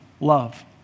love